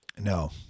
No